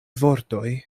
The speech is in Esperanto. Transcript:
vortoj